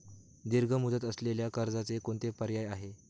दीर्घ मुदत असलेल्या कर्जाचे कोणते पर्याय आहे?